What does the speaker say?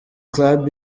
club